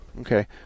Okay